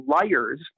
liars